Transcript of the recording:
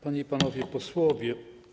Panie i Panowie Posłowie!